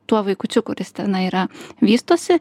tuo vaikučiu kuris tenai yra vystosi